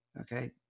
Okay